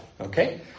Okay